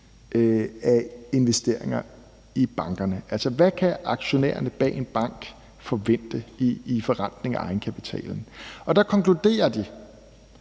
af investeringer i bankerne, altså hvad aktionærerne bag en bank kan forvente i forrentning af egenkapitalen. Og der konkluderer de,